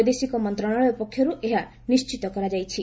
ବୈଦେଶିକ ମନ୍ତ୍ରଣାଳୟ ପକ୍ଷରୁ ଏହା ନିଣିତ କରାଇଛି